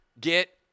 get